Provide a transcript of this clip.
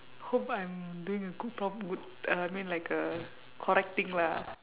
hope I'm doing a good p~ good uh I mean like a correct thing lah